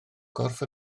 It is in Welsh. gorff